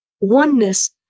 oneness